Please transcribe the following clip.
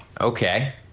Okay